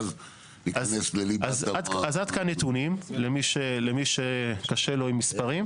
עד כאן נתונים למי שקשה לו עם מספרים.